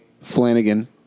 Flanagan